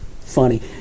funny